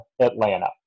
Atlanta